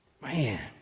Man